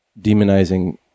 demonizing